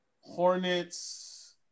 Hornets